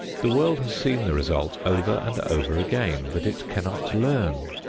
the world has seen the result over and over again, but it cannot learn.